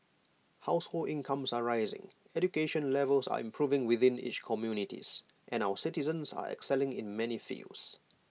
household incomes are rising education levels are improving within each communities and our citizens are excelling in many fields